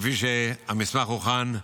כפי שהמסמך הוכן,